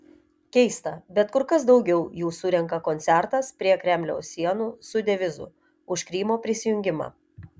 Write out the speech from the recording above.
keista bet kur kas daugiau jų surenka koncertas prie kremliaus sienų su devizu už krymo prisijungimą